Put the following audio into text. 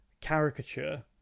caricature